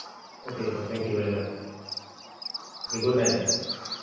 okay sir thank you very much sir okay good night sir